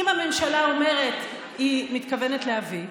אם הממשלה מתכוונת להביא,